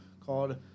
called